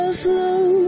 flow